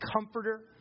comforter